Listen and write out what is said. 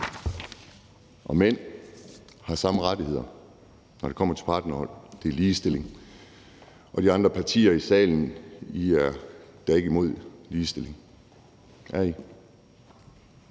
og mænd har de samme rettigheder, når det kommer til partnervold, er ligestilling, og de andre partier i salen er da ikke imod ligestilling – er I